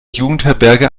jugendherberge